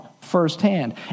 firsthand